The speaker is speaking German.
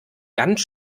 ganz